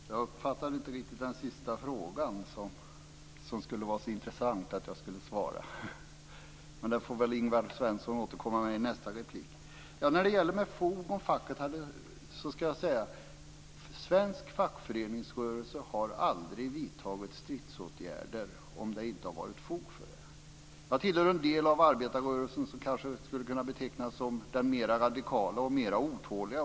Fru talman! Jag uppfattade inte riktigt den sista frågan, den som det skulle vara så intressant om jag svarade på. Den får väl Ingvar Svensson återkomma med i nästa replik. När det gäller detta med om facket hade fog vill jag säga att svensk fackföreningsrörelse aldrig har vidtagit stridsåtgärder om det inte har funnits fog för dem. Jag tillhör den del av arbetarrörelsen som kanske skulle kunna betecknas som den mer radikala och otåliga.